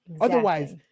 Otherwise